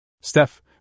Steph